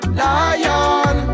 lion